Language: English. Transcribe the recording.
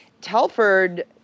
telford